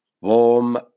warm